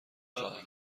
خواهم